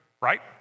right